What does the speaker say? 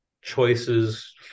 choices